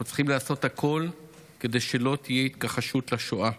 אנחנו צריכים לעשות הכול כדי שלא תהיה התכחשות לשואה,